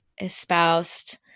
espoused